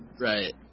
Right